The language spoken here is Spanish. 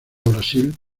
brasil